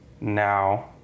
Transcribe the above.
now